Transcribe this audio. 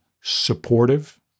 supportive